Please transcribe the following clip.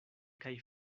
kaj